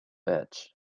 edge